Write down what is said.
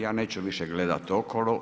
Ja neću više gledati okolo.